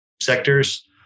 sectors